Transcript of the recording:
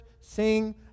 sing